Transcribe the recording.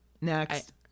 Next